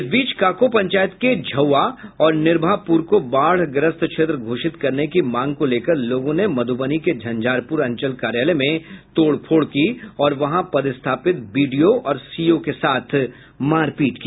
इस बीच काको पंचायत के झौआ और निरभापुर को बाढ़ग्रस्त क्षेत्र घोषित करने की मांग को लेकर लोगों ने मधुबनी के झंझारपुर अंचल कार्यालय में तोड़फोड़ की और वहां पदस्थापित बीडीओ और सीओ के साथ मारपीट की